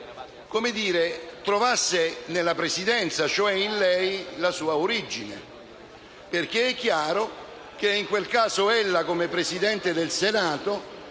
Repubblica trovasse nella Presidenza, cioè in lei, la sua origine. È chiaro, infatti, che in quel caso ella, come Presidente del Senato,